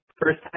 first